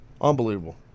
Unbelievable